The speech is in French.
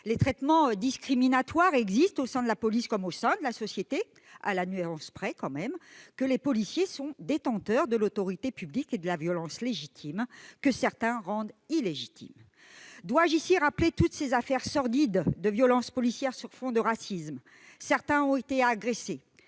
Les traitements discriminatoires existent au sein de la police, comme au sein de la société, à la nuance près tout de même que les policiers sont détenteurs de l'autorité publique et de la violence légitime, que certains rendent illégitime. Dois-je rappeler toutes ces affaires sordides de violences policières sur fond de racisme ? Certains ont été agressés-